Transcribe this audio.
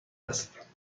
هست